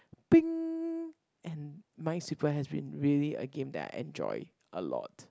and Minesweeper has been really a game that I enjoy a lot